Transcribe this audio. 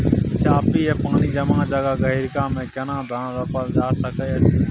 चापि या पानी जमा जगह, गहिरका मे केना धान रोपल जा सकै अछि?